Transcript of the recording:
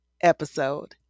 episode